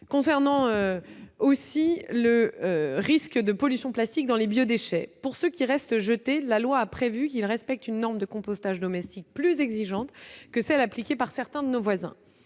concernant aussi le risque de pollution classique dans les biodéchets pour ceux qui restent, jeter la loi a prévu qu'il respecte une nombre de compostage domestique plus exigeante que celle appliquée par certains de nos voisins,